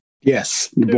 yes